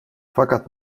fakat